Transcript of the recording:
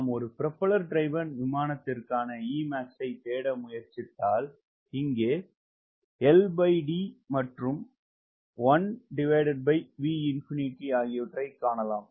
நாம் ஒரு propeller driven விமானத்திறஂகான Emax ஐ தேட முயற்சித்தால் இங்கே LD மற்றும் 1 Vꝏ ஆகியவற்றைக் காணலாம்